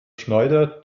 schneider